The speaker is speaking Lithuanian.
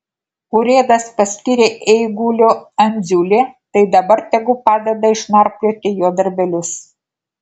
urėdas paskyrė eiguliu andziulį tai dabar tegu padeda išnarplioti jo darbelius